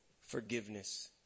forgiveness